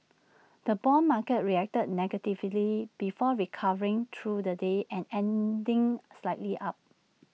the Bond market reacted negatively before recovering through the day and ending slightly up